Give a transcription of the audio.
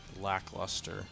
lackluster